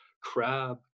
crab